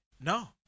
No